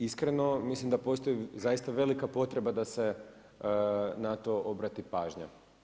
I iskreno mislim da postoji zaista velika potreba da se na to obrati pažnja.